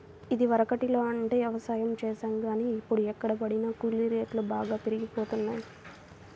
ఇదివరకట్లో అంటే యవసాయం చేశాం గానీ, ఇప్పుడు ఎక్కడబట్టినా కూలీ రేట్లు బాగా పెరిగిపోతన్నయ్